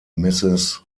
mrs